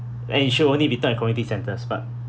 ensure only be tied on community centres but